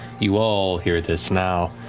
you all hear this now.